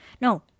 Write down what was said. no